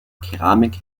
keramik